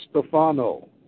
Stefano